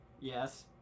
Yes